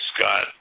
Scott